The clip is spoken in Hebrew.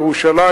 ירושלים,